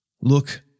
Look